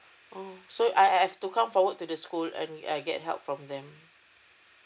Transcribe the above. oh so I I have to come forward to the school and I get help from them